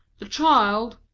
the child,